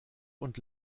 und